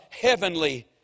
heavenly